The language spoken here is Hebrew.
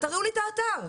תראו לי את האתר.